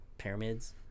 pyramids